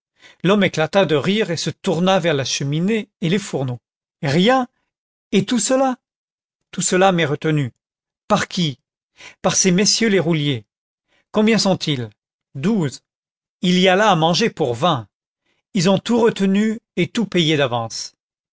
l'homme éclata de rire et se tourna vers la cheminée et les fourneaux rien et tout cela tout cela m'est retenu par qui par ces messieurs les rouliers combien sont-ils douze il y a là à manger pour vingt ils ont tout retenu et tout payé d'avance